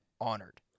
honored